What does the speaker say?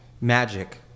Magic